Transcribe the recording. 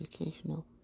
Educational